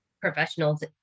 professionals